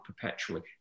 perpetually